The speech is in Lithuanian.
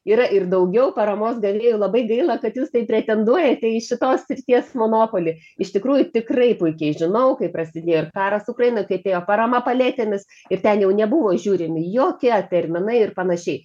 yra ir daugiau paramos gavėjų labai gaila kad jūs taip pretenduojate į šitos srities monopolį iš tikrųjų tikrai puikiai žinau kai prasidėjo ir karas ukrainoj kaip ėjo parama paletėmis ir ten jau nebuvo žiūrimi jokie terminai ir panašiai